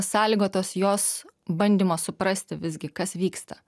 sąlygotas jos bandymo suprasti visgi kas vyksta